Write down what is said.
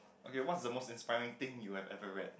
okay what is the most inspiring thing you had ever read